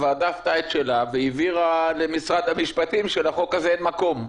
הוועדה עשתה את שלה והבהירה למשרד המשפטים שלחוק הזה אין מקום.